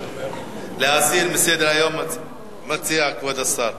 להסיר מסדר-היום מציע כבוד השר.